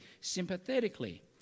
sympathetically